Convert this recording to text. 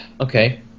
okay